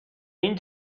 این